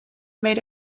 made